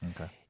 Okay